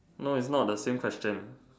no it's not the same question